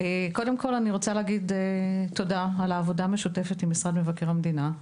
קודם כול אני רוצה להגיד תודה על העבודה המשותפת עם משרד מבקר המדינה.